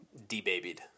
debabied